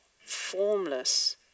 formless